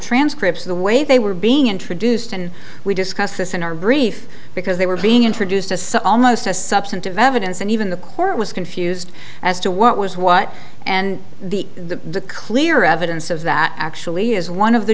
transcripts the way they were being introduced and we discussed this in our brief because they were being introduced as such almost as substantive evidence and even the court was confused as to what was what and the the clear evidence of that actually is one of the